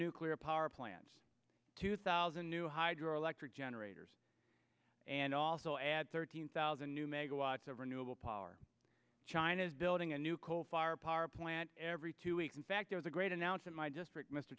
nuclear power plants two thousand new hydro electric generators and also add thirteen thousand new megawatts of renewable power china is building a new coal fired power plant every two weeks in fact there is a great announce in my district mr